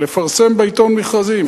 לפרסם בעיתון מכרזים,